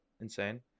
insane